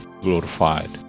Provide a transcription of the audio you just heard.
glorified